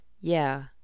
Yeah